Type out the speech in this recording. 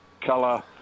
colour